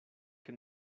que